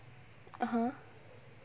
(uh huh)